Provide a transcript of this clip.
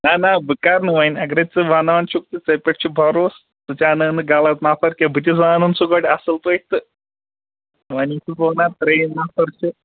نہَ نہَ بہٕ کَرٕ نہٕ وَۅنۍ اگرے ژٕ وَنان چھُکھ ژےٚ پٮ۪ٹھ چھُ بروٗسہٕ ژٕ تہِ اَن ہٲن نہٕ غلط نَفر کیٚنٛہہ بہٕ تہِ زانان سُہ گۄڈٕ اَصٕل پٲٹھۍ تہٕ وۅنۍ چھُ وَنان ترٛیِم نَفر چھِ